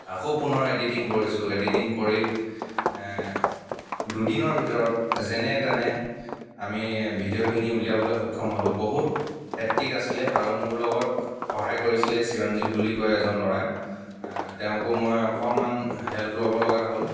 আকৌ পুনৰ এডিটিং কৰিছোঁ এডিটিং কৰি দুদিনৰ ভিতৰত যেনে তেনে আমি ভিডিঅ'খিনি ওলিয়াবলৈ সক্ষম হ'লোঁ বহুত হেকটিক আছিলে আৰু মোৰ লগত সহায় কৰিছিলে চিৰঞ্জিৱ বুলি কয় এজন ল'ৰাই তেওঁকো মই অকণমান হেল্প ল'ব লগা হ'ল